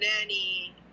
nanny